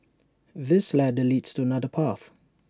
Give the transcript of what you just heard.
this ladder leads to another path